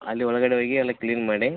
ಅಲ್ಲಿ ಒಳಗಡೆ ಹೋಗಿ ಎಲ್ಲ ಕ್ಲೀನ್ ಮಾಡಿ